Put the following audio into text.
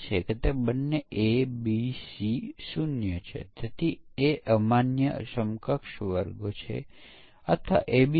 જેમ જીવાત કે જેને DDT સામે રોગપ્રતિકારકતા મળી હતી તે હવે DDT દ્વારા મારી ન શકાય તે જ વસ્તુ અહીં થાયછે